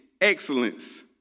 excellence